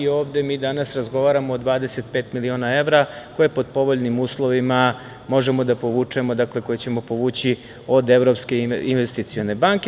Ovde mi danas razgovaramo o 25 miliona evra koje pod povoljnim uslovima možemo da povučemo, dakle, koje ćemo povući od Evropske investicione banke.